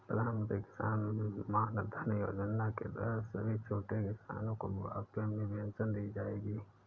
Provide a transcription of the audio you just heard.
प्रधानमंत्री किसान मानधन योजना के तहत सभी छोटे किसानो को बुढ़ापे में पेंशन दी जाएगी